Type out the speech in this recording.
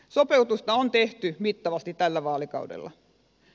sopeutusta on tehty mittavasti tällä vaalikaudella